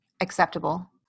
acceptable